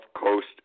Coast